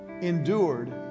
endured